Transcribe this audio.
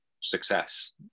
success